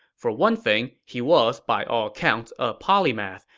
for one thing, he was by all accounts a polymath,